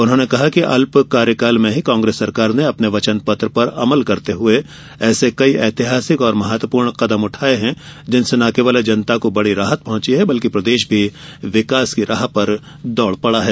उन्होंने कहा कि अल्प कार्यकाल में ही कांग्रेस सरकार ने अपने वचन पत्र पर अमल करते हुए ऐसे कई ऐतिहासिक और महत्वपूर्ण कदम उठाए हैं जिनसे न केवल जनता को बड़ी राहत पहुंची है बल्कि प्रदेश भी विकास की राह पर दौड़ पड़ा है